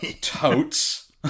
Totes